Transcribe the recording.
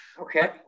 Okay